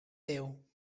déu